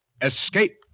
Escape